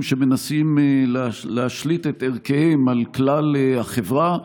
שמנסים להשליט את ערכיהם על כלל החברה,